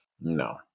No